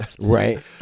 Right